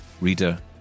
reader